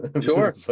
Sure